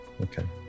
okay